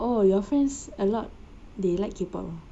oh your friends a lot they like K pop ah